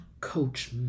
coach